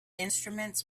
instruments